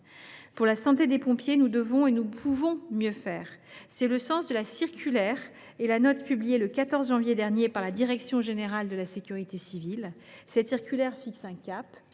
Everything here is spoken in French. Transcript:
Pour la santé des pompiers, nous devons et nous pouvons mieux faire. Tel est le sens de la circulaire et de la note publiées, le 14 janvier dernier, par la direction générale de la sécurité civile et de la gestion des